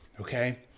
okay